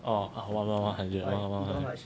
oh one month one hundred one month one hundred